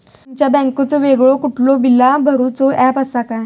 तुमच्या बँकेचो वेगळो कुठलो बिला भरूचो ऍप असा काय?